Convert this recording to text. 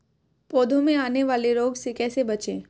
पौधों में आने वाले रोग से कैसे बचें?